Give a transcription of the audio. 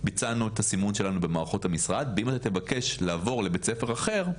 ביצענו את הסימון שלנו במערכות המשרד ואם תבקש לעבור לבית הספר אחר,